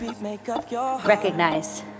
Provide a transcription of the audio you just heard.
Recognize